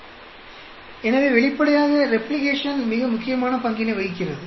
New slide எனவே வெளிப்படையாக replication மிக முக்கியமான பங்கினை வகிக்கிறது